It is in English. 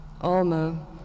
Alma